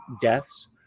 deaths